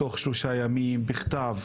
למשל תוך שלושה ימים בכתב,